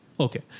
Okay